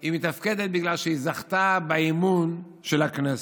היא מתפקדת בגלל שהיא זכתה באמון של הכנסת.